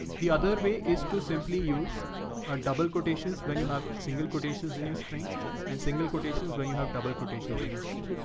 the other way is to simply use our double quotations when you have single quotations in your string and single quotations, when you have double quotations in your string.